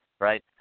right